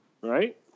Right